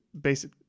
basic